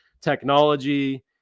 technology